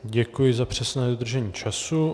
Děkuji za přesné dodržení času.